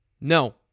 No